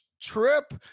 trip